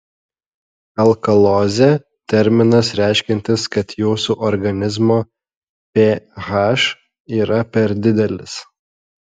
alkalozė terminas reiškiantis kad jūsų organizmo ph yra per didelis